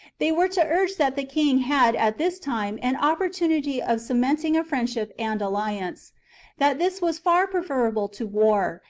they were to urge that the king had at this time an opportunity of cementing a friend ship and alliance that this was far preferable to war,